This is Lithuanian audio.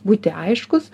būti aiškus